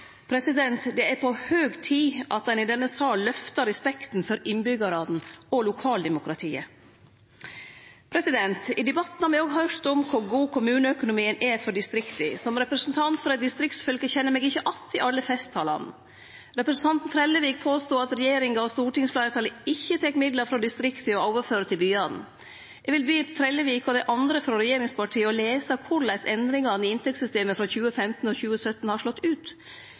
Det er på høg tid at ein i denne salen lyfter respekten for innbyggjarane og lokaldemokratiet. I debatten har me høyrt om kor god kommuneøkonomien er for distrikta. Som representant for eit distriktsfylke kjenner eg meg ikkje att i alle festtalane. Representanten Trellevik påstod at regjeringa og stortingsfleirtalet ikkje tek midlar frå distrikta og overfører til byane. Eg vil be Trellevik og dei andre frå regjeringspartia lese korleis endringane i inntektssystemet frå 2015 og 2017 har slått ut.